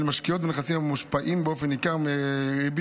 הן משקיעות בנכסים המושפעים באופן ניכר מריבית